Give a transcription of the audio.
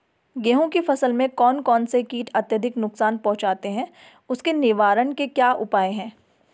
गेहूँ की फसल में कौन कौन से कीट अत्यधिक नुकसान पहुंचाते हैं उसके निवारण के क्या उपाय हैं?